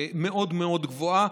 מאוד מאוד גבוהה.